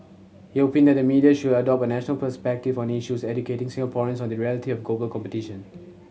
he opined that the media should adopt a national perspective on issues educating Singaporeans on the reality of global competition